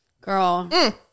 girl